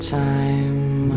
time